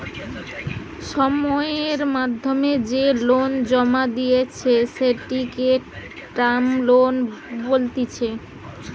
সময়ের মধ্যে যে লোন জমা দিতেছে, সেটিকে টার্ম লোন বলতিছে